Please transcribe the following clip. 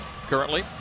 currently